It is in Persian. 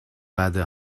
بده